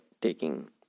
taking